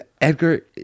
edgar